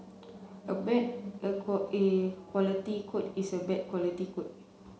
a bad a quality code is a bad quality code